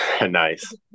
Nice